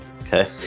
Okay